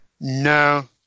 No